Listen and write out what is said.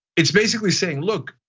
it's basically saying, look,